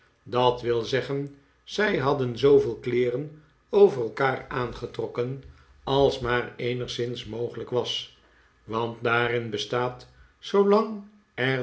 dat wil zeggen zij hadden zooveel kleeren over elkaar aangetrokken als maar eenigszins mogelijk was want daarin bestaat zoolang